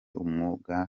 umwuga